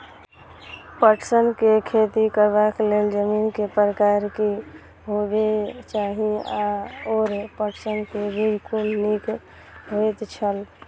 पटसन के खेती करबाक लेल जमीन के प्रकार की होबेय चाही आओर पटसन के बीज कुन निक होऐत छल?